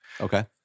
Okay